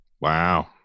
Wow